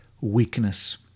weakness